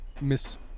Miss